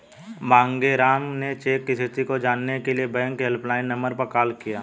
मांगेराम ने चेक स्थिति को जानने के लिए बैंक के हेल्पलाइन नंबर पर कॉल किया